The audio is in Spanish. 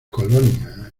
colonia